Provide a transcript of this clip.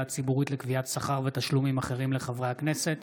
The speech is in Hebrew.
הציבורית לקביעת שכר ותשלומים אחרים לחברי הכנסת